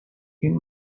این